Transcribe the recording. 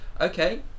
Okay